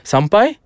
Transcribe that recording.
Sampai